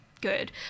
good